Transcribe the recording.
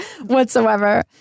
whatsoever